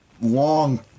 long